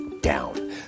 down